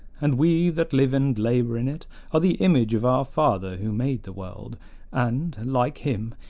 and we that live and labor in it are the image of our father who made the world and, like him,